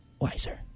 wiser